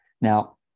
now